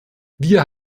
wir